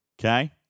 Okay